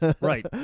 Right